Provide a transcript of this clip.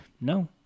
No